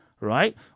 right